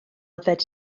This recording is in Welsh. yfed